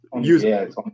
Use